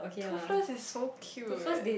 Toothless is so cute